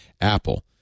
Apple